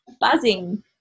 buzzing